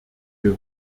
wir